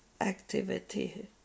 activity